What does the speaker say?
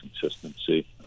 consistency